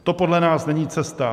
To podle nás není cesta.